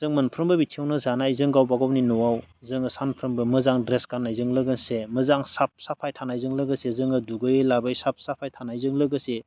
जों मोनफ्रोमबो बिथिङावनो जानाय जों गावबा गावनि न'आव जोङो सानफ्रोमबो मोजां ड्रेस गाननायजों लोगोसे मोजां साफ साफाय थानायजों लोगोसे जोङो दुगैयै लोबै साफ साफाय थानायजों लोगोसे